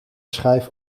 schijf